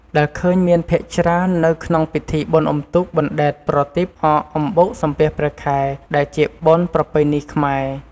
ដែលឃើញមានភាគច្រើននៅក្នុងពិធីបុណ្យអ៊ុំទូក បណ្តែតប្រទីប អក់អំបុកសំពះព្រះខែដែលជាបុណ្យប្រពៃណីខ្មែរ។